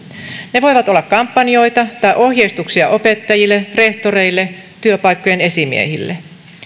ne voivat olla kampanjoita tai ohjeistuksia opettajille rehtoreille työpaikkojen esimiehille